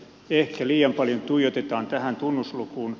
ehkä liian paljon tuijotetaan tähän tunnuslukuun